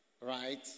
right